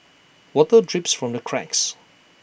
water drips from the cracks